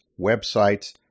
websites